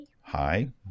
Hi